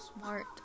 smart